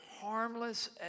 harmless